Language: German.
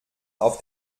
auf